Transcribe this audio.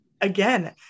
again